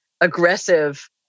aggressive